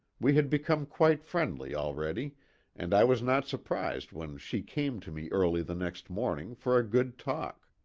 we had become quite friendly al ready and i was not surprised when she came to me early the next morning for a good talk.